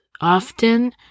Often